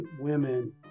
women